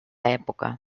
època